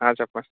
ఆ చెప్పండి